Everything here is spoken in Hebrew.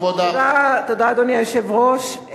אדוני היושב-ראש,